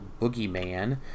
boogeyman